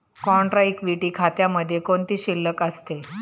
Contra equity खात्यामध्ये कोणती शिल्लक असते?